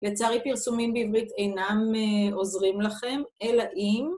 לצערי פרסומים בעברית אינם עוזרים לכם אלא אם